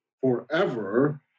forever